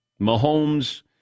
Mahomes